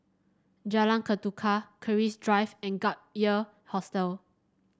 Jalan Ketuka Keris Drive and Gap Year Hostel